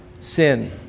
sin